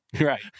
Right